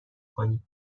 کنید